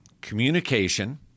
communication